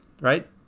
Right